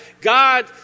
God